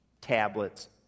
tablets